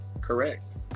correct